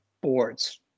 boards